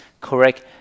correct